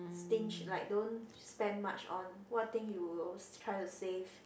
stinge like don't spend much on what thing you will try to save